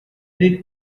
read